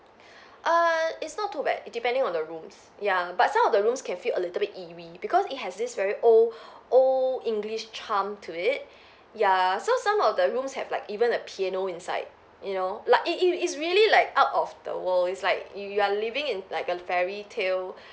err it's not too bad it depending on the rooms ya but some of the rooms can feel a little bit eerie because it has this very old old english charm to it ya so some of the rooms have like even a piano inside you know like it it it's really like out of the world is like you you are living in like a fairy tale